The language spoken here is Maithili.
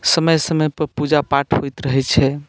समय समयपर पूजा पाठ होइत रहैत छै